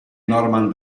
norman